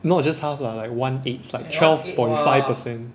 not just half lah like one eighth like twelve point five percent